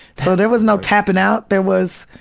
so there was no tappin' out there was,